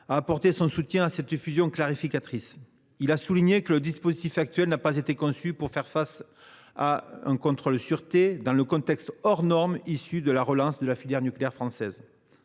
a apporté son soutien à cette fusion clarificatrice. Il a souligné que le dispositif actuel n’a pas été conçu pour faire face à un contrôle de sûreté dans le « contexte hors norme » lié à la relance de la filière nucléaire française,